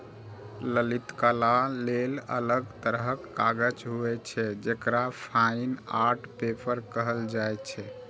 ललित कला लेल अलग तरहक कागज होइ छै, जेकरा फाइन आर्ट पेपर कहल जाइ छै